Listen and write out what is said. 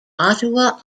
ottawa